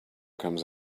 comes